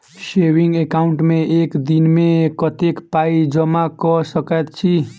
Saving account मे एक दिनमे कतेक पाई जमा कऽ सकैत छी?